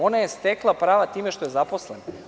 Ona je stekla prava time što je zaposlena.